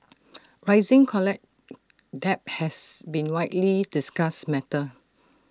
rising college debt has been widely discussed matter